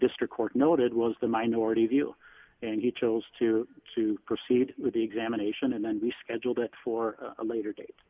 district court noted was the minority view and he chose to to proceed with the examination and then rescheduled it for a later date